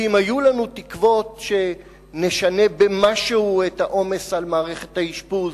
ואם היו לנו תקוות שנשנה במשהו את העומס על מערכת האשפוז